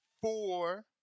four